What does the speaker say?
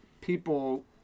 people